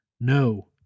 No